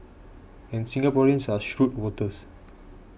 and Singaporeans are shrewd voters